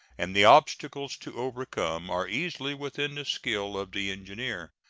and the obstacles to overcome are easily within the skill of the engineer.